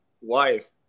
wife